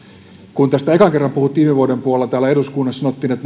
kun tästä ensimmäisen kerran puhuttiin viime vuoden puolella täällä eduskunnassa sanottiin että